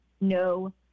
no